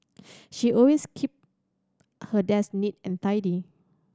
she always keep her desk neat and tidy